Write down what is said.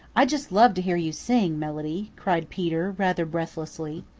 i just love to hear you sing, melody, cried peter rather breathlessly.